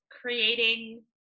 creating